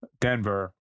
Denver